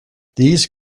these